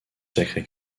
sacré